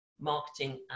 marketing